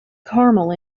carmel